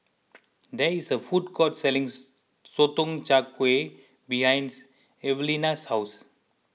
there is a food court selling Sotong Char Kway behind Evalena's house